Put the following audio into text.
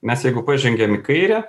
mes jeigu pažengiam į kairę